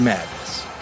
Madness